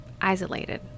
isolated